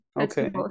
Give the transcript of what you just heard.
okay